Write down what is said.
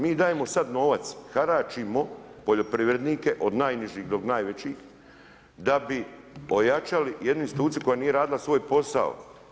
Mi dajemo sad novac, haračimo poljoprivrednike od najnižih do najvećih da bi ojačali jednu instituciju koja nije radila svoj posao.